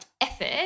effort